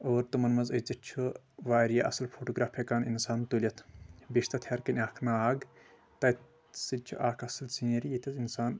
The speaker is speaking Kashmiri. اور تِمن منٛز أژِتھ چھ واریاہ اَصل فوٹوگرٛاف ہٮ۪کان اِنسان تُلِتھ بیٚیہِ چھ تَتھ ہیٚرِ کنہِ اَکھ ناگ تَتہِ سۭتۍ چھ اکھ اَصل سیٖنری ییٚتھٮ۪س اِنسان